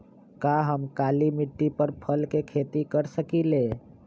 का हम काली मिट्टी पर फल के खेती कर सकिले?